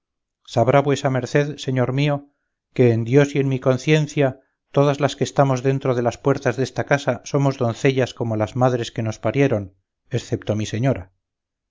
dijo sabrá vuesa merced señor mío que en dios y en mi conciencia todas las que estamos dentro de las puertas desta casa somos doncellas como las madres que nos parieron excepto mi señora